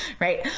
right